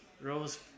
Rose